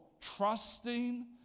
trusting